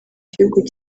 gihugu